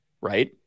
right